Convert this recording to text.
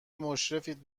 مشرفید